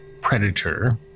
predator